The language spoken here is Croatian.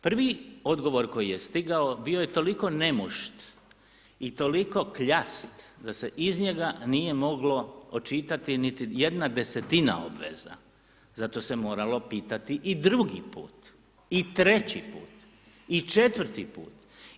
Prvi odgovor koji je stigao bio je toliko nemušt i toliko kljast da se iz njega nije moglo očitati niti jedna desetina obveza, zato se moralo pitati i drugi put i treći put i četvrti put.